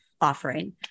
offering